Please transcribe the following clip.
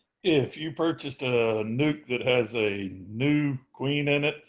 if you purchased a nuc that has a new queen in it,